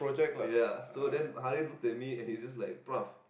ya so then Harrith looked at me and he's just like bruv